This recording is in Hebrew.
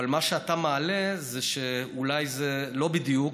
אבל מה שאתה מעלה זה שאולי זה לא בדיוק,